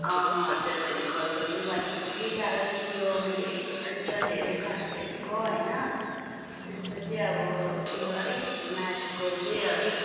अँ हजुर मैले कल गर्नु भनेको थिएँ कारण तिम्रो मैले रिजल्ट हेरेँ क्लास टेनको होइन त्यसमा चाहिँ अब तिम्रो अलिक म्याथको चाहिँ अलिक